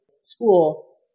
school